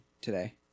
today